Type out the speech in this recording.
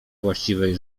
właściwej